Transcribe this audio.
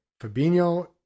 Fabinho